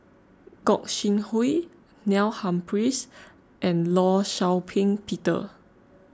Gog Sing Hooi Neil Humphreys and Law Shau Ping Peter